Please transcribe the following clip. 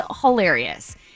hilarious